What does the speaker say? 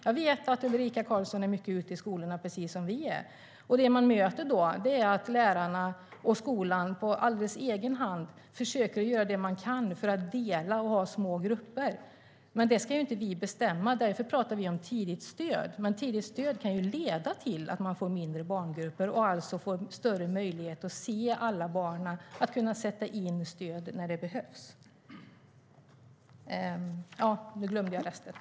Jag vet att Ulrika Carlsson är mycket ute i skolorna, precis som vi är. Det man då möter är att lärarna och skolan alldeles på egen hand försöker göra det de kan för att ha små grupper. Men det här ska inte vi bestämma. Därför pratar vi om tidigt stöd. Men tidigt stöd kan ju leda till att man får mindre barngrupper och alltså får större möjligheter att se alla barnen och att sätta in stöd när det behövs. Nu glömde jag resten.